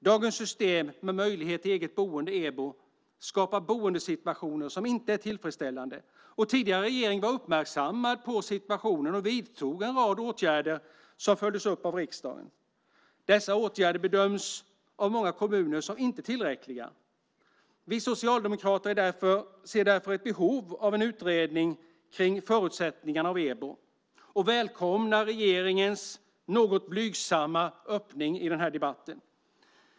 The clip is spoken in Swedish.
Dagens system med möjlighet till eget boende, EBO, skapar boendesituationer som inte är tillfredsställande. Tidigare regering var uppmärksammad på situationen och vidtog en rad åtgärder som följdes upp av riksdagen. Dessa åtgärder bedöms av många kommuner som inte tillräckliga. Vi socialdemokrater ser därför ett behov av en utredning kring förutsättningarna för EBO och välkomnar regeringens något blygsamma öppning i den här debatten.